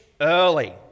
early